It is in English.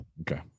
okay